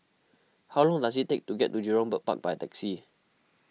how long does it take to get to Jurong Bird Park by taxi